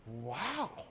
wow